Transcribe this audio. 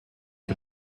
the